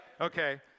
okay